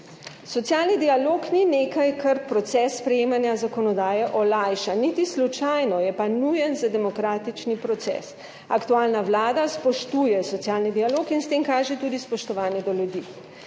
Socialni dialog ni nekaj, kar proces sprejemanja zakonodaje olajša, niti slučajno, je pa nujen za demokratični proces. Aktualna vlada spoštuje socialni dialog in s tem kaže tudi spoštovanje do ljudi.